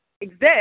exist